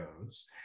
goes